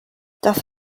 daeth